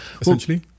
essentially